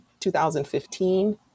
2015